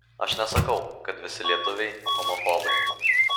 aš nesakau kad visi lietuviai homofobai